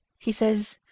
he says,